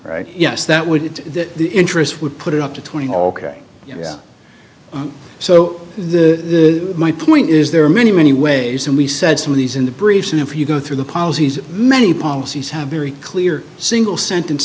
yes that would that the interest would put up to twenty or so the my point is there are many many ways and we said some of these in the briefs and if you go through the policies many policies have very clear single sentence